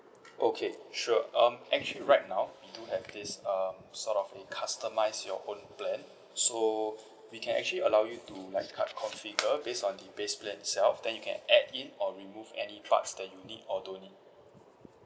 okay sure um actually right now we do have this um sort of a customize your own plan so we can actually allow you to like cut configure based on the base plan itself then you can add in or remove any parts that you need or don't need